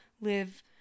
live